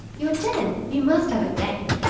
your den. you must have a den.